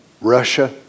Russia